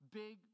big